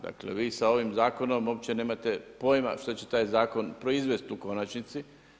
Dakle, vi sa ovim Zakonom uopće nemate pojma što će taj zakon proizvesti u konačnici.